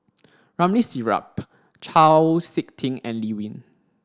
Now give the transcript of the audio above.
Ramli Sarip Chau Sik Ting and Lee Wen